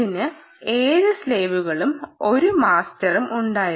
ഇതിന് 7 സ്ലേവുകളും ഒരു മാസ്റ്ററും ഉണ്ടായിരുന്നു